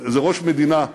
איזה ראש מדינה,